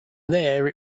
there